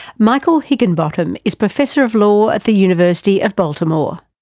michael higginbotham is professor of law at the university of baltimore.